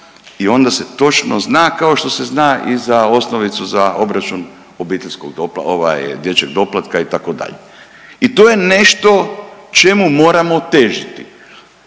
i onda se točno zna, kao što se zna i za osnovicu za obračun obiteljskog ovaj dječjeg doplatka itd. I to je nešto čemu moramo težiti.